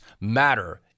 matter